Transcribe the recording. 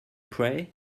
pray